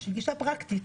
עשרה בטבת,